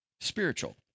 spiritual